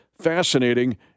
fascinating